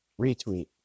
retweet